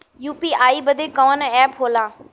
UPI बदे कवन app होला?